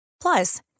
Plus